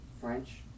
French